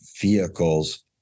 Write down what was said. vehicles